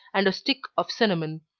and a stick of cinnamon.